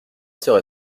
sœur